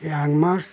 এই এক মাস